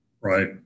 Right